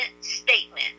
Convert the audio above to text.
statement